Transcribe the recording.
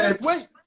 wait